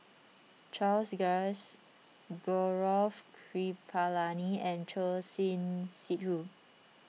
Charles Dyce Gaurav Kripalani and Choor Singh Sidhu